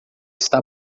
está